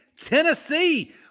tennessee